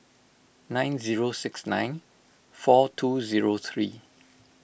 nine zero six nine four two zero three